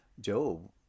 Job